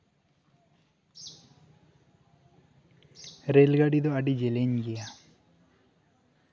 rail ᱜᱟᱹᱰᱤ ᱫᱚ ᱟᱹᱰᱤ ᱡᱮᱞᱮᱧ ᱜᱮᱭᱟ